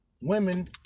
women